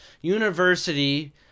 university